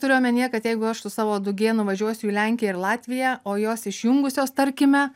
turiu omenyje kad jeigu aš su savo du gie nuvažiuosiu į lenkiją ir latviją o jos išjungusios tarkime